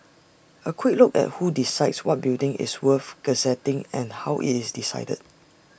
A quick look at who decides what building is worth gazetting and how IT is decided